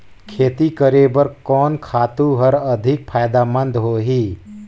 खेती करे बर कोन खातु हर अधिक फायदामंद होही?